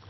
en